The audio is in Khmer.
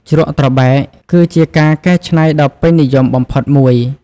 ជ្រក់ត្របែក គឺជាការកែច្នៃដ៏ពេញនិយមបំផុតមួយ។